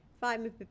five